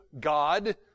God